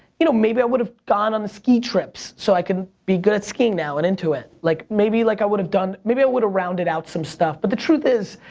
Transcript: you know, maybe i would have gone on the ski trips so i could be good at skiing now and into it, like maybe, like, i would have done, maybe i would have rounded out some stuff, but the truth is,